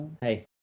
hey